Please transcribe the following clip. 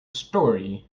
story